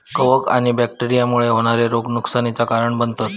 कवक आणि बैक्टेरिया मुळे होणारे रोग नुकसानीचा कारण बनतत